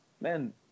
man